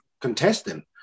contestant